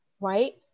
right